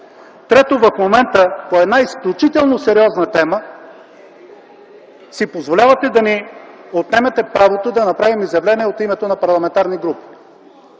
Трето, в момента по една изключително сериозна тема си позволявате да ни отнемете правото да направим изявление от името на парламентарни групи.